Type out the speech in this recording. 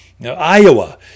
iowa